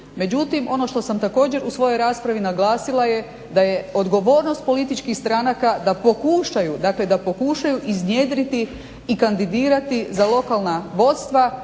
Međutim ono što sam također u svojoj raspravi naglasila je da je odgovornost političkih stranaka da pokušaju iznjedriti i kandidirati za lokalna vodstva